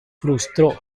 frustró